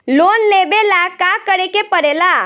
Loan लेबे ला का करे के पड़े ला?